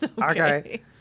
Okay